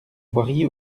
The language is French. voirie